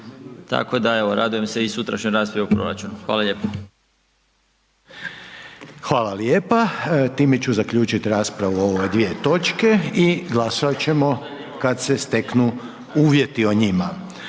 tako da evo radujem se i sutrašnjoj raspravi o proračunu. Hvala lijepo. **Reiner, Željko (HDZ)** Hvala lijepa. Time ću zaključit raspravu o ove dvije točke i glasovat ćemo kad se steknu uvjeti o njima.